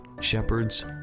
shepherds